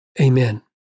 Amen